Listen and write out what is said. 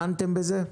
דנתם בזה?